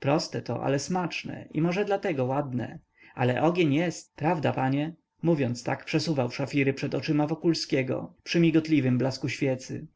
proste to ale smaczne i może dlatego ładne ale ogień jest prawda panie mówiąc tak przesuwał szafiry przed oczyma wokulskiego przy migotliwym blasku świecy